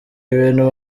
ibintu